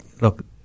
look